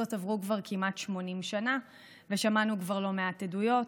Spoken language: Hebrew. בכל זאת עברו כבר כמעט 80 שנה ושמענו כבר לא מעט עדויות,